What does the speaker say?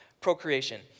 procreation